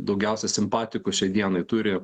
daugiausia simpatijų po šiai dienai turi